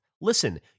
Listen